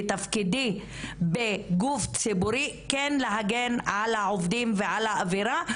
ותפקידי בגוף ציבורי כן להגן על העובדים ועל האווירה,